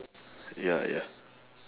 ya ya